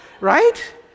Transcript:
Right